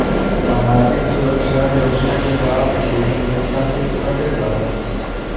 सामाजिक सुरक्षा योजना के लाभ के लेखा मिल सके ला?